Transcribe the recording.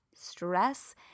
stress